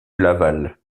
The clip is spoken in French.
laval